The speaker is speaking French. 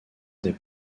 des